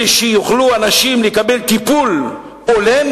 שאנשים יוכלו לקבל טיפול הולם.